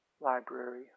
library